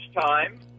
time